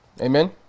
Amen